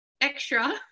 extra